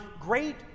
great